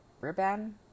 ribbon